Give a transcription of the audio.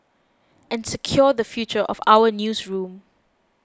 and secure the future of our newsroom